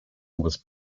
was